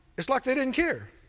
it's like they didn't care.